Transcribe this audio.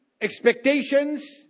expectations